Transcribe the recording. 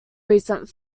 recent